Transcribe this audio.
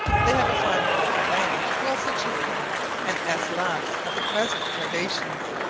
they have a fine block of land, well situated and s laughs at the present privations,